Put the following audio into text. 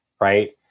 right